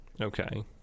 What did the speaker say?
okay